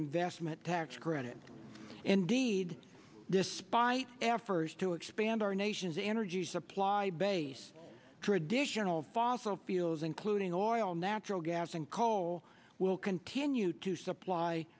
investment tax credit indeed despite efforts to expand our nation's energy supply base traditional fossil fuels including oil natural gas and coal will continue to supply